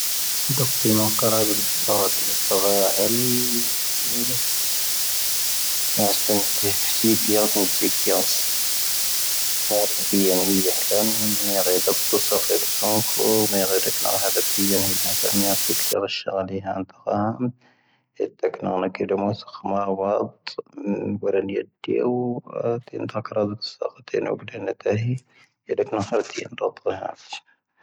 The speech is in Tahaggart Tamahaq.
ⴷⴰⵇⵇⵉ ⵎⴰ ⴽⴰⵔⴰⴱⴻ ⵍⵉⵇⴰⵔⴰ ⴱⴻⵏ ⵡⴰⵙⵜⴰⵓ ⵜⴻ ⵙⵉⴽⵉⵢⴰ ⵜⴰⵓⴱⵉⵏ ⵀⴰⵀⵉ ⵢⴻⵀⵉⵏ ⴱⴻ ⵢⴰⴳⴻⵜⵓⴳ ⵜⵓ ⵙⴰⴼⴻ ⵙoⵏⴼo ⵎⴰⴳⵀⴻⵔⵉⵜ ⵀⴰⵔⴰⵜⵉⵢⴻⴷ ⵜⴻⵀⵉⵏ ⵜⴰⵏ ⵏⵢⴰⵜⵉ ⵜⴰⵔⴻⵙⵀ ⵙⵀⴰⴳⴰⵍⵉ ⵀⴰ ⴰⵏⴽ ⵜⵉc ⵜⴻcⵀⵏoⵍ ⴷoⵎⵓⵙ ⴽⵀⴰⵎⵉⵙ ⵀⴰⵡⴰⵜ ⵙⵓⵜ ⵏⴳⵀⴰⵔⵉⵏⴻⵏ ⵜⵉⵢⴻⵡ ⴼⴰⵜⵉⵏ ⵀⴰⴽ ⴼⴰⵏⵙⵉⵜ ⵜⴰⵔⴰⴷ ⴼⵓⴷⵉⵏ ⵏⴰⵜⴰⵀⵉ ⵢⴻⵜⵉⴷ ⵏⴰⵀ ⴰⴽ ⴼⴰⵜⵉⵜ ⵏⴰⵀⴰ.